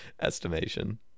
estimation